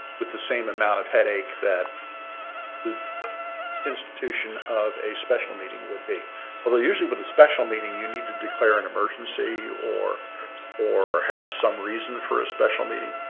with the same amount of headache that the institution of a special meeting would be well, they're usually with a special meeting you need to declare an emergency or or have some reason for a special meeting.